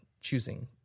choosing